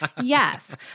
Yes